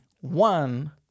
one